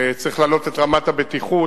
וצריך להעלות את רמת הבטיחות,